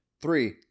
Three